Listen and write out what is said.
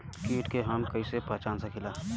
कीट के हम कईसे पहचान सकीला